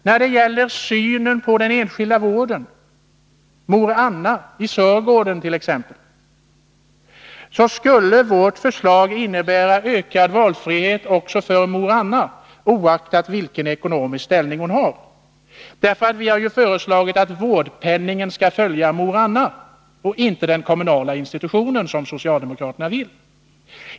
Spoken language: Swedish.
När det gäller synen på den enskilda vården — mor Anna i Sörgården t.ex. — skulle vårt förslag innebära ökad valfrihet också för mor Anna, oaktat vilken ekonomisk ställning hon har. Vi har ju föreslagit att vårdpenningen skall följa mor Anna och inte den kommunala institutionen, som socialdemokraterna vill.